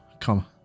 come